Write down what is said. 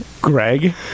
Greg